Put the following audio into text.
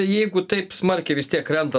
jeigu taip smarkiai vis tiek krenta